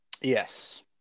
Yes